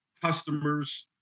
customers